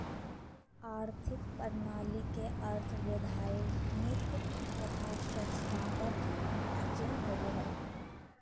आर्थिक प्रणाली के अर्थ वैधानिक तथा संस्थागत ढांचे होवो हइ